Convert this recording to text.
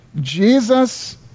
Jesus